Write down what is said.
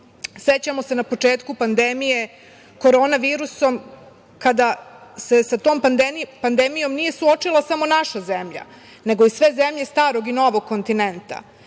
Sećamo se, na početku pandemije korona virusom, kada se sa tom pandemijom nije suočila samo naša zemlja, nego i sve zemlje starog i novog kontinenta,